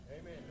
Amen